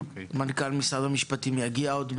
מנכ"ל משרד המשפטים יגיע עוד מעט,